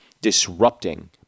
disrupting